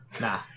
Nah